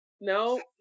No